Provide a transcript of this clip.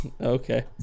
Okay